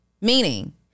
Meaning